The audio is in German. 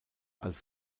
als